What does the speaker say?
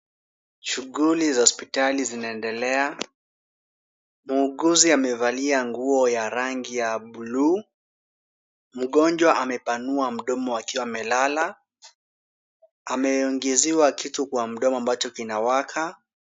Shughuli za hospitali zinaendelea. Muuguzi amevalia nguo ya rangi ya bluu. Mgonjwa amepanua mdomo akiwa amelala. Ameongezewa kitu kwa mdomo ambacho kinawaka.